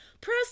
Press